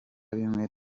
bimwe